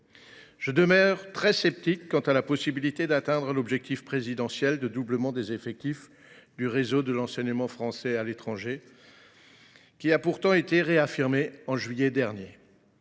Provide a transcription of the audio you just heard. je demeure tout à fait sceptique quant à la possibilité d’atteindre l’objectif présidentiel de doublement des effectifs du réseau de l’enseignement français à l’étranger, qui a pourtant été réaffirmé en juillet dernier.